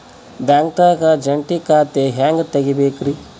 ಬ್ಯಾಂಕ್ದಾಗ ಜಂಟಿ ಖಾತೆ ಹೆಂಗ್ ತಗಿಬೇಕ್ರಿ?